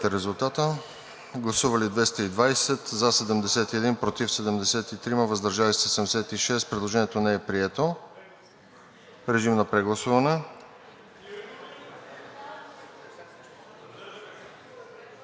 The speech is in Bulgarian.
режим на гласуване.